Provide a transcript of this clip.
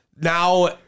Now